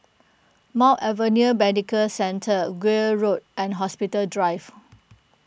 Mount Elizabeth Medical Centre Gul Road and Hospital Drive